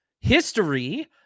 history